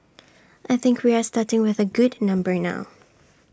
I think we are starting with A good number now